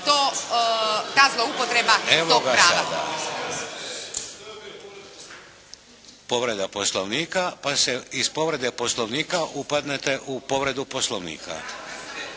Vladimir (HDZ)** Evo ga sada. Povreda Poslovnika, pa se iz povrede Poslovnika upadnete u povredu Poslovnika.